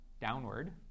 downward